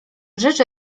rzecz